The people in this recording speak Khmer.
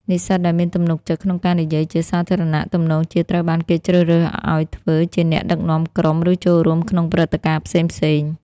និស្សិតដែលមានទំនុកចិត្តក្នុងការនិយាយជាសាធារណៈ ទំនងជាត្រូវបានគេជ្រើសរើសឱ្យធ្វើជាអ្នកដឹកនាំក្រុម ឬចូលរួមក្នុងព្រឹត្តិការណ៍ផ្សេងៗ។